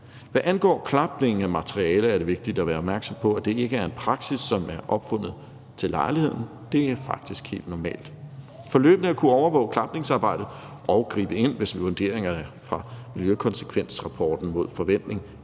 Hvad angår klapning af materiale, er det vigtigt at være opmærksom på, at det ikke er en praksis, som er opfundet til lejligheden; det er faktisk helt normalt. For løbende at kunne overvåge klapningsarbejdet og gribe ind, hvis vurderingerne i miljøkonsekvensrapporten mod forventning